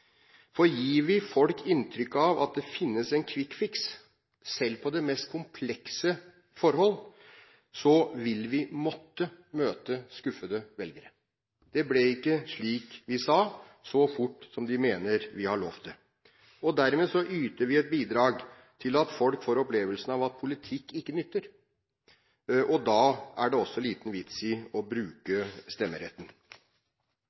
Gir vi folk inntrykk av at det finnes en «quick fix», selv på det mest komplekse forhold, vil vi måtte møte skuffede velgere. Det ble ikke slik vi sa, så fort som de mener vi har lovet det. Dermed yter vi et bidrag til at folk får opplevelsen av at politikk ikke nytter, og da er det også liten vits i å